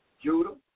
Judah